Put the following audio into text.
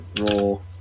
roll